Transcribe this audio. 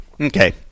Okay